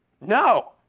No